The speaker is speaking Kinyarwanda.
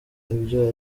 ibyo